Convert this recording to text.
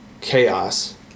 chaos